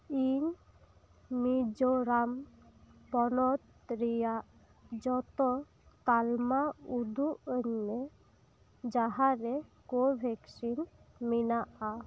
ᱤᱧ ᱢᱤᱡᱳᱨᱟᱢ ᱯᱚᱱᱚᱛ ᱨᱮᱭᱟᱜ ᱡᱚᱛᱚ ᱛᱟᱞᱢᱟ ᱩᱫᱩᱜ ᱟᱹᱧ ᱢᱮ ᱡᱟᱦᱟᱸᱨᱮ ᱠᱳᱵᱷᱮᱠᱥᱤᱱ ᱢᱮᱱᱟᱜᱼᱟ